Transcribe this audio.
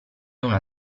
una